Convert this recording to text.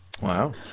Wow